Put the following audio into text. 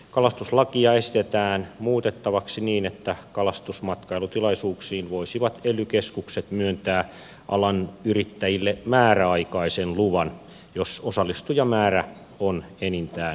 kalastuslakia esitetään muutettavaksi niin että kalastusmatkailutilaisuuksiin voisivat ely keskukset myöntää alan yrittäjille määräaikaisen luvan jos osallistujamäärä on enintään kuusi henkilöä